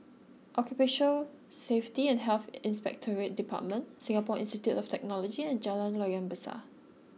Occupational Safety and Health Inspectorate Department Singapore Institute of Technology and Jalan Loyang Besar